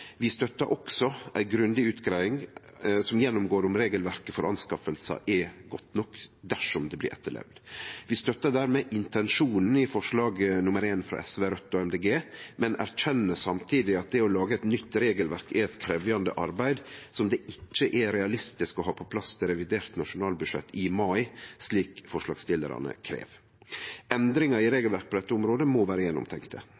Vi støttar også ei grundig utgreiing som gjennomgår om regelverket for anskaffingar er godt nok dersom det blir etterlevd. Vi støttar dermed intensjonen i forslag nr. 1, frå SV, Rødt og MDG, men erkjenner samtidig at det å lage eit nytt regelverk er eit krevjande arbeid, som det ikkje er realistisk å ha på plass til revidert nasjonalbudsjett i mai, slik forslagsstillarane krev. Endringar i regelverket på dette området må være gjennomtenkte.